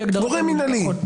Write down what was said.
גורם מינהלי.